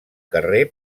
carrer